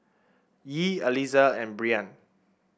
Yee Aliza and Breann